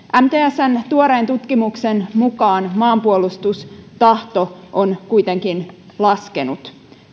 mtsn tuoreen tutkimuksen mukaan maanpuolustustahto on kuitenkin laskenut